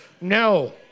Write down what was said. No